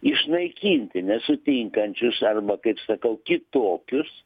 išnaikinti nesutinkančius arba kaip sakau kitokius